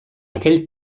aquell